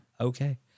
Okay